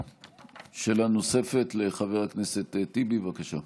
שאלה נוספת לחבר הכנסת טיבי, בבקשה.